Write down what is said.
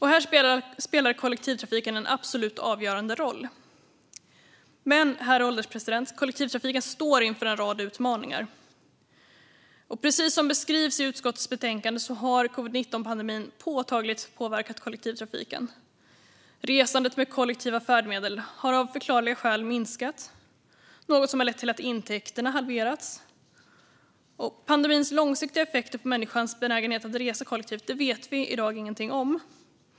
Här spelar kollektivtrafiken en absolut avgörande roll. Herr ålderspresident! Kollektivtrafiken står dock inför en rad utmaningar. Precis som det beskrivs i utskottets betänkande har covid-19-pandemin påtagligt påverkat kollektivtrafiken. Resandet med kollektiva färdmedel har av förklarliga skäl minskat, något som har lett till att intäkterna halverats. Pandemins långsiktiga effekter på människans benägenhet att resa kollektivt vet vi i dag ingenting om.